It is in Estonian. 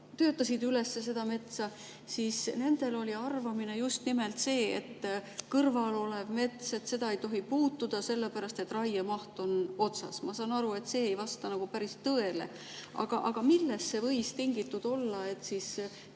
töötasid üles seda metsa, et nendel oli just nimelt see arvamine, et kõrval olevat metsa ei tohi puutuda, sellepärast et raiemaht on otsas. Ma saan aru, et see ei vasta päris tõele. Millest see võis tingitud olla, et